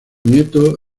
nieto